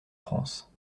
france